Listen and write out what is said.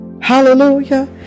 hallelujah